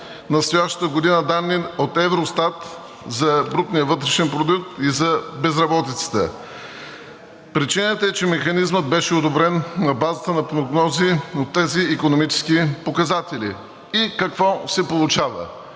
юни 2022 г. данни от Евростат за брутния вътрешен продукт и за безработицата. Причината е, че механизмът беше одобрен на базата на прогнози за тези икономически показатели. И какво се получава?